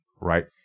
right